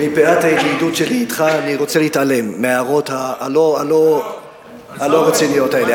מפאת הידידות שלי אתך אני רוצה להתעלם מההערות הלא-רציניות האלה.